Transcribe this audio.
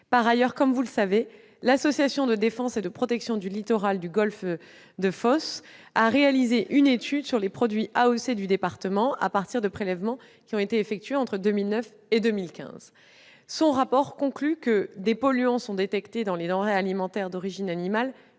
Par ailleurs, comme vous le savez, l'Association de défense et de protection du littoral du golfe de Fos a réalisé une étude sur les produits AOC du département, à partir de prélèvements effectués entre 2009 et 2015. Elle conclut dans son rapport que des polluants sont détectés dans les denrées alimentaires d'origine animale